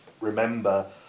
remember